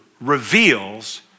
reveals